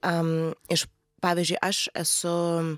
m iš pavyzdžiui aš esu